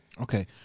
Okay